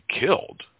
killed